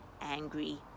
angry